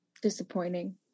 disappointing